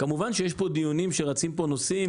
כמובן שיש פה דיונים שרצים פה נושאים